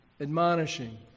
admonishing